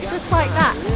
like that.